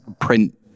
print